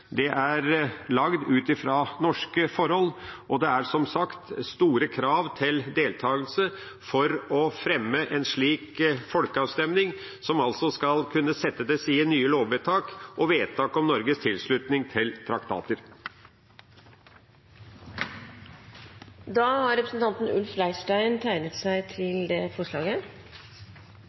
Det er laget ut fra norske forhold, og det er som sagt høye krav til deltakelse for å fremme en slik folkeavstemning, som altså skal kunne sette til side nye lovvedtak og vedtak om Norges tilslutning til traktater. Primært har